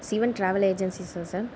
Sivan travel ஏஜென்சிஸ்ஸா sir